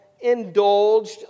indulged